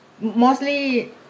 mostly